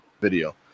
video